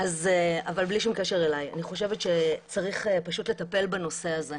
אבל בלי שום קשר אליי אני חושבת שצריך פשוט לטפל בנושא הזה.